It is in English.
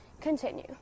Continue